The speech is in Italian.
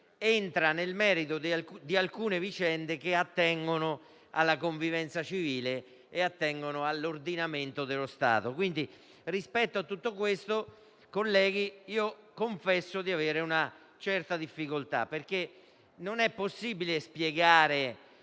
entra nel merito di alcune vicende che attengono alla convivenza civile e all'ordinamento dello Stato. Rispetto a tutto questo, colleghi, confesso di avere una certa difficoltà, perché non è possibile spiegare